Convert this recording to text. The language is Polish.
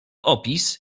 opis